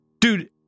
Dude